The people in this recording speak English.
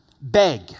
Beg